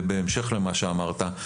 בהמשך למה שאמרת,